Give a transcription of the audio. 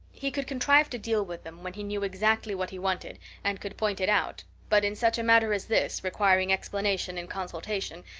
he could contrive to deal with them when he knew exactly what he wanted and could point it out but in such a matter as this, requiring explanation and consultation,